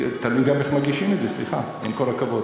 תלוי גם איך מגישים את זה, סליחה, עם כל הכבוד.